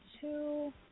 two